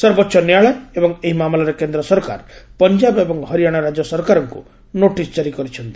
ସର୍ବୋଚ୍ଚ ନ୍ୟାୟାଳୟ ଏହି ମାମଲାରେ କେନ୍ଦ୍ର ସରକାର ପଞ୍ଜାବ ଏବଂ ହରିୟାଣା ରାଜ୍ୟ ସରକାରଙ୍କୁ ନୋଟିସ ଜାରି କରିଛନ୍ତି